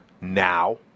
now